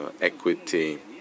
equity